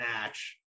match